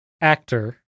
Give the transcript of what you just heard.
actor